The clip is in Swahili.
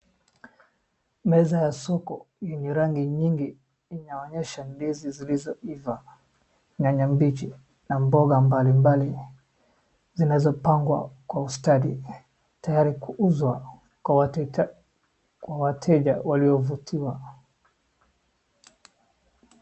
Meza ya soko yenye rangi nyingi inaonesha ndizi zilizoiva, nyanya mbichi na mboga mbalimbali zinazopangwa kwa ustadi tayari kuuzwa kwa wateja waliovutiwa.